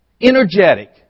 Energetic